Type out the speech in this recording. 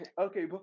okay